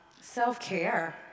self-care